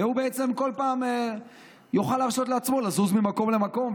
והוא בעצם כל פעם יוכל להרשות לעצמו לזוז ממקום למקום,